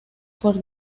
por